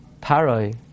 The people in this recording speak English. Paroi